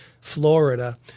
Florida